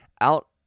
out